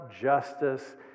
justice